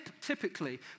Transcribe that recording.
typically